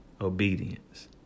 obedience